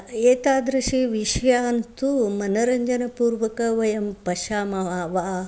एतादृशं विषयं तु मनोरञ्जनपूर्वकं वयं पश्यामः वा